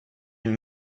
une